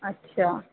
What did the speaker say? अछा